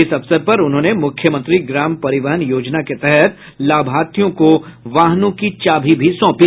इस अवसर पर उन्होंने मुख्यमंत्री ग्राम परिवहन योजना के तहत लाभार्थियों का वाहनों की चाभी सौंपी